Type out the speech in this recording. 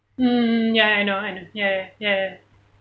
mm ya I know I know ya ya ya ya